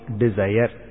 desire